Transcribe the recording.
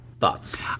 Thoughts